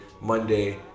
Monday